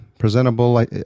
presentable